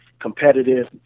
competitive